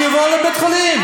שיבואו לבית-החולים.